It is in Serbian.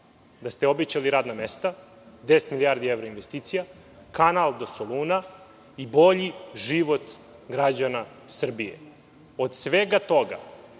da ste obećali radna mesta, 10 milijardi evra investicija, kanal do Soluna i bolji život građana Srbije. Od svega toga,